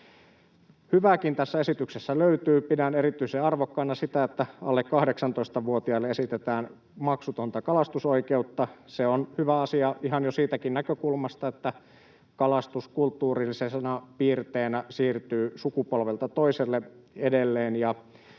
Hyvääkin tästä esityksestä löytyy: Pidän erityisen arvokkaana sitä, että alle 18-vuotiaille esitetään maksutonta kalastusoikeutta. Se on hyvä asia ihan jo siitäkin näkökulmasta, että kalastus kulttuurillisena piirteenä siirtyy sukupolvelta toiselle edelleen.